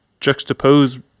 juxtapose